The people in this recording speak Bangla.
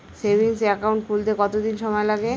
সেভিংস একাউন্ট খুলতে কতদিন সময় লাগে?